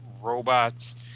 robots